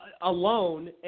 alone